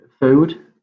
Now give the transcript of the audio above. food